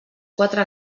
quatre